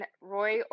Roy